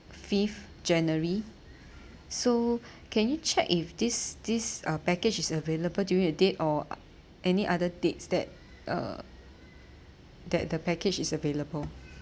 fifth january so can you check if this this uh package is available during the date or uh any other dates that uh that the package is available